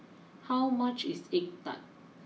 how much is Egg Tart